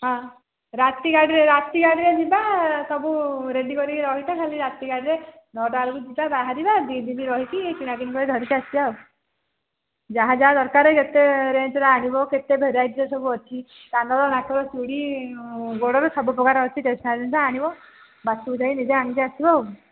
ହଁ ରାତି ଗାଡ଼ିରେ ରାତି ଗାଡ଼ିରେ ଯିବା ସବୁ ରେଡ଼ି କରିକି ରହିବା ଖାଲି ରାତି ଗାଡ଼ିରେ ନଅଟା ବେଳକୁ ଯିବା ବାହାରିବା ଦୁଇ ଦିନ ରହିକି କିଣାକିଣି କରି ଧରିକି ଆସିବା ଆଉ ଯାହା ଯାହା ଦରକାରେ କେତେ ରେଞ୍ଜରେ ଆଣିବ କେତେ ଭେରାଇଟିର ସବୁ ଅଛି କାନର ନାକର ଚୁଡ଼ି ଗୋଡ଼ରୁ ସବୁ ପ୍ରକାର ଅଛି ଟ୍ରେସନାରି ଜିନିଷ ଆଣିବ ପାଖକୁ ଯାଇ ନିଜେ ଆଣିକି ଆସିବ ଆଉ